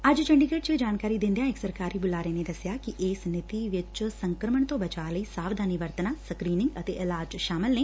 ਅੱਜ ਚੰਡੀਗੜ੍ਜ ਚ ਇਹ ਜਾਣਕਾਰੀ ਦਿੰਦਿਆਂ ਇਕ ਸਰਕਾਰੀ ਬੁਲਾਰੇ ਨੇ ਦਸਿਆ ਕਿ ਇਸ ਨੀਤੀ ਵਿਚ ਸੰਕਰਮਣ ਤੋਂ ਬਚਾਅ ਲਈ ਸਾਵਧਾਨੀ ਵਰਤਣਾ ਸਕਰੀਨਿੰਗ ਅਤੇ ਇਲਾਜ ਸ਼ਾਮਲ ਨੇ